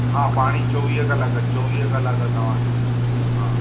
हा पाणी चोवीह कलाक चोवीह कलाक तव्हांखे मिलंदो हा